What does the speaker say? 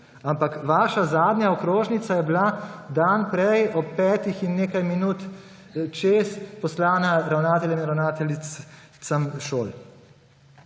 Ampak vaša zadnja okrožnica je bila dan prej ob petih in nekaj minut čez poslana ravnateljem in ravnateljicam šol.